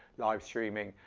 live streaming,